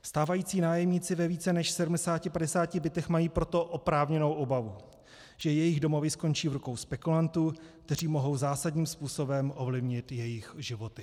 Stávající nájemníci ve více než 750 bytech mají proto oprávněnou obavu, že jejich domovy skončí v rukou spekulantů, kteří mohou zásadním způsobem ovlivnit jejich životy.